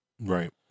Right